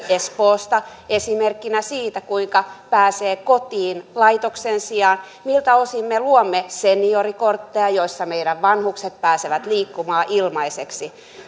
espoosta on esimerkkinä siitä kuinka pääsee kotiin laitoksen sijaan miltä osin me luomme seniorikortteja joilla meidän vanhukset pääsevät liikkumaan ilmaiseksi